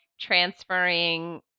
Transferring